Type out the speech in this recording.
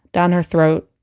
down her throat,